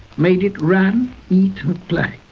made it run play?